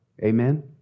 Amen